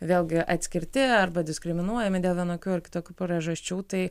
vėlgi atskirti arba diskriminuojami dėl vienokių ar kitokių priežasčių tai